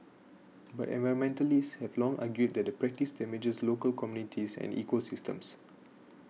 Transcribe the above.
but environmentalists have long argued that the practice damages local communities and ecosystems